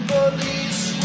Police